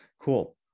cool